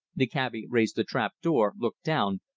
the cabby raised the trap door, looked down,